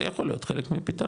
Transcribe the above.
זה יכול להיות חלק מפתרון,